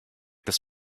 this